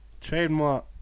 Trademark